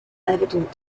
evident